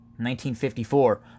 1954